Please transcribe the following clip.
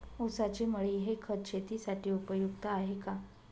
ऊसाची मळी हे खत शेतीसाठी उपयुक्त आहे का?